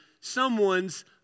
someone's